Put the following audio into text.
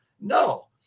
No